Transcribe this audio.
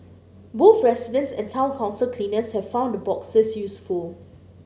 both residents and town council cleaners have found the boxes useful